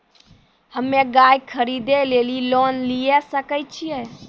हम्मे गाय खरीदे लेली लोन लिये सकय छियै?